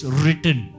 written